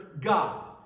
God